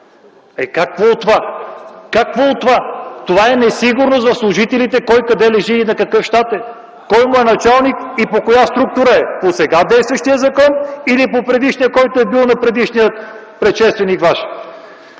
Как „Какво от това”?! Това е несигурност в служителите – кой къде лежи и на какъв щат е, кой му е началник и по коя структура е – по сега действащия закон или по предишния, който е бил на предишния Ваш предшественик?